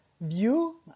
view